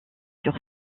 sur